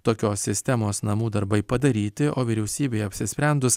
tokios sistemos namų darbai padaryti o vyriausybei apsisprendus